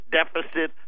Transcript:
deficit